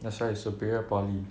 that's why you superior poly